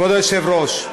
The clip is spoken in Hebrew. כבוד היושב-ראש,